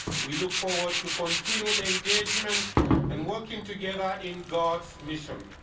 we look forward to continued engagement and working together in god's mission.